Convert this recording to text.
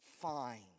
Fine